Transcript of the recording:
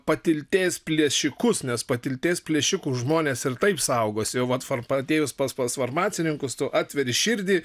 patiltės plėšikus nes patiltės plėšikų žmonės ir taip saugosi o vat atėjus pas pas farmacininkus tu atveri širdį